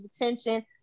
attention